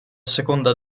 seconda